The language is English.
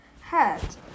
hat